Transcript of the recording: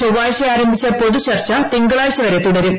ചൊവ്വാഴ്ച ആരംഭിച്ച പൊതുചർച്ച തിങ്കളാഴ്ച വരെ തുടരും